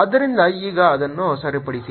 ಆದ್ದರಿಂದ ಈಗ ಅದನ್ನು ಸರಿಪಡಿಸಿ